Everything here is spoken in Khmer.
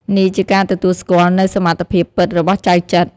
នេះជាការទទួលស្គាល់នូវសមត្ថភាពពិតរបស់ចៅចិត្រ។